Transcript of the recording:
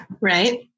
Right